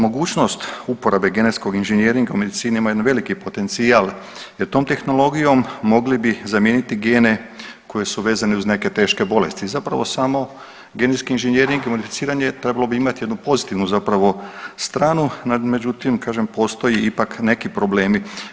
Mogućnost uporabe genetskog inženjeringa u medicini ima jedan veliki potencijal jer tom tehnologijom mogli bi zamijeniti gene koji su vezani uz neke teške bolesti, zapravo samo genetski inženjering modificiran je, trebao bi imat jednu pozitivnu zapravo stranu, međutim kažem postoji ipak neki problemi.